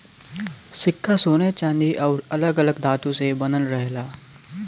सिक्का सोने चांदी आउर अलग अलग धातु से बनल रहेला